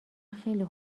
خیلی